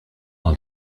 all